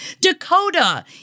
Dakota